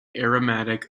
aromatic